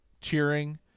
cheering